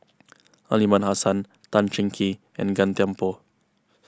Aliman Hassan Tan Cheng Kee and Gan Thiam Poh